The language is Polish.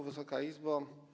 Wysoka Izbo!